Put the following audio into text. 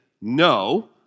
no